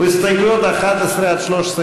40 בעד, 61 נגד, שלושה